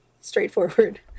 straightforward